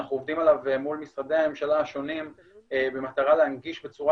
שאנחנו עובדים עליו מול משרדי הממשלה השונים במטרה להנגיש בצורה